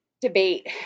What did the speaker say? debate